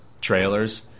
trailers